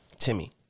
Timmy